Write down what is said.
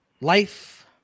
life